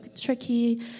tricky